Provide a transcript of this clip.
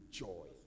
joy